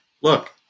look